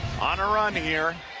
on a run here.